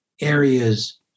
areas